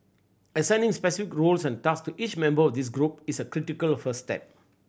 assigning specific roles and task each member of this group is a critical first step